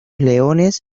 leones